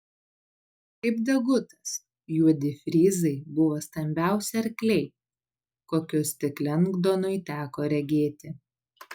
kaip degutas juodi fryzai buvo stambiausi arkliai kokius tik lengdonui teko regėti